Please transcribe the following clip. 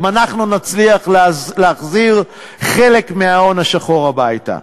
אם אנחנו נצליח להחזיר חלק מההון השחור הביתה.